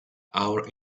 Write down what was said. our